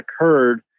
occurred